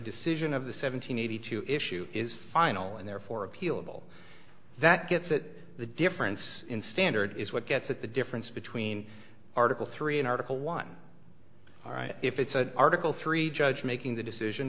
decision of the seven hundred eighty two issue is final and therefore appealable that gets that the difference in standard is what gets at the difference between article three and article one alright if it's an article three judge making the decision